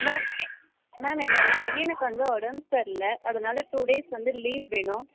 ma'am ma'am என்னோட பையனுக்கு வந்து உடம்பு சரியில்ல அதனால் டூ டேஸ் வந்து லீவ் வேணும்